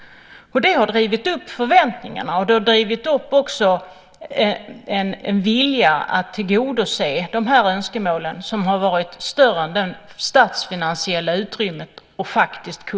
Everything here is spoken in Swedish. Det har drivit fram förväntningarna, och det har drivit upp en vilja att tillgodose önskemålen som har varit större än det statsfinansiella utrymmet.